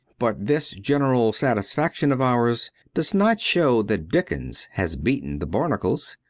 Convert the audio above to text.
but this general satisfaction of ours does not show that dickens has beaten the barnacles.